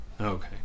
okay